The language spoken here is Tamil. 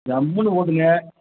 ஜம்முன்னு ஓடுங்க